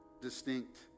distinct